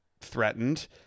threatened